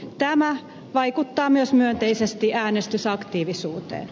tämä vaikuttaa myös myönteisesti äänestysaktiivisuuteen